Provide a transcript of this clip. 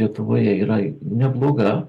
lietuvoje yra nebloga